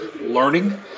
learning